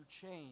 change